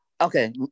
Okay